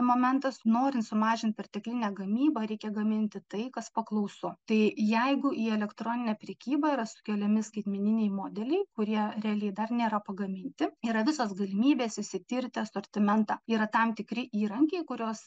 momentas norint sumažint perteklinę gamybą reikia gaminti tai kas paklausu tai jeigu į elektroninę prekybą yra sukeliami skaitmeniniai modeliai kurie realiai dar nėra pagaminti yra visos galimybės išsitirti asortimentą yra tam tikri įrankiai kuriuos